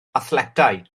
athletau